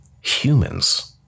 Humans